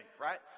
right